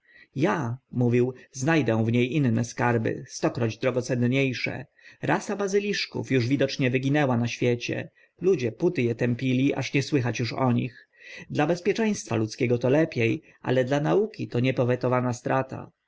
ja mówił zna dę w nie inne skarby stokroć drogocennie sze rasa bazyliszków uż widocznie wyginęła na świecie ludzie póty e tępili aż nie słychać uż o nich dla bezpieczeństwa ludzkiego to lepie ale dla nauki to niepowetowana strata